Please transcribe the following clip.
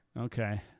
Okay